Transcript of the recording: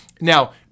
Now